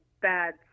bad